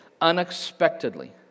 unexpectedly